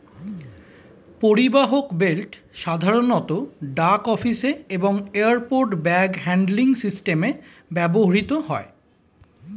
পরিবাহক বেল্ট সাধারণত ডাক অফিসে এবং এয়ারপোর্ট ব্যাগ হ্যান্ডলিং সিস্টেমে ব্যবহৃত হয়